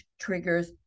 triggers